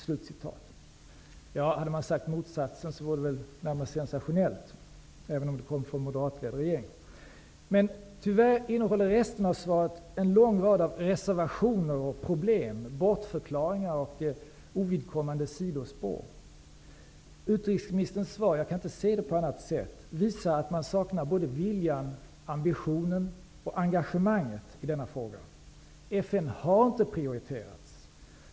Det hade väl varit närmast sensationellt om hon hade sagt motsatsen, även om det kommer från en moderatledd regering. Tyvärr innehåller resten av svaret en lång rad av reservationer och problem, bortförklaringar och ovidkommande sidospår. Jag kan inte se det på annat sätt än att utrikesministerns svar innebär att man saknar viljan, ambitionen och engagemanget i denna fråga. FN har inte prioriterats.